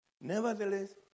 Nevertheless